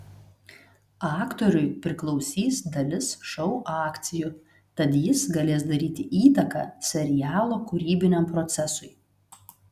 aktoriui priklausys dalis šou akcijų tad jis galės daryti įtaką serialo kūrybiniam procesui